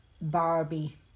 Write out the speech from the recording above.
Barbie